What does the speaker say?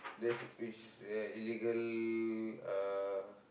that's which is uh illegal uh